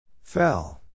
Fell